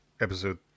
episode